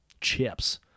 chips